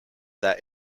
that